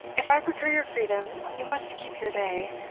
if i procure your freedom, you must keep your day,